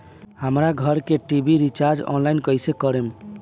हमार घर के टी.वी रीचार्ज ऑनलाइन कैसे करेम?